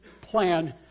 plan